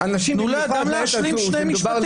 היה נאלץ מייד להתפטר מתפקידו.